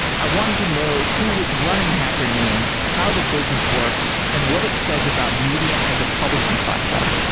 i wanted to know who was running hacker noon, how the business works and what it says about medium as a publishing platform.